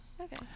Okay